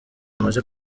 bamaze